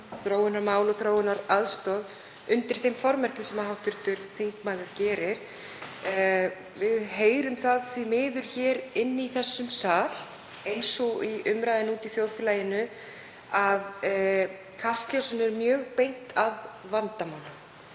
þróunarmál og þróunaraðstoð, undir þeim formerkjum sem hv. þingmaður gerir. Við heyrum það því miður hér í þessum sal, eins og í umræðunni úti í þjóðfélaginu, að kastljósinu er mjög beint að vandamálum